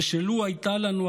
ושלו הייתה לנו,